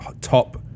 top